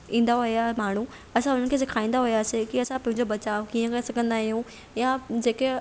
ईंदा हुया माण्हू असां हुनखे सेखारींदा हुयासीं की असां पंहिंजो बचाउ कीअं करे सघंदा आहियूं या जेके